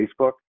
Facebook